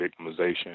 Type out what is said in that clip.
victimization